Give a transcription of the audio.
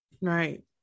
Right